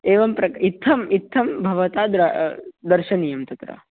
एवं प्रक् इत्थम् इत्थं भवता द्र दर्शनीयं तत्र